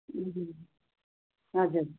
उम् हजुर